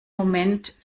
moment